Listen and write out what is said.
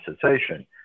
cessation